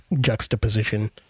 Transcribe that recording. juxtaposition